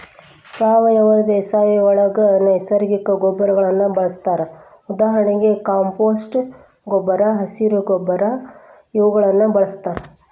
ಸಾವಯವ ಬೇಸಾಯದೊಳಗ ನೈಸರ್ಗಿಕ ಗೊಬ್ಬರಗಳನ್ನ ಬಳಸ್ತಾರ ಉದಾಹರಣೆಗೆ ಕಾಂಪೋಸ್ಟ್ ಗೊಬ್ಬರ, ಹಸಿರ ಗೊಬ್ಬರ ಇವುಗಳನ್ನ ಬಳಸ್ತಾರ